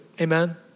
Amen